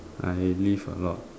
I lift a lot